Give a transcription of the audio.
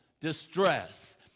distress